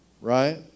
right